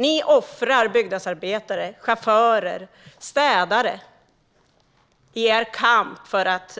Ni offrar byggnadsarbetare, chaufförer och städare i er kamp för att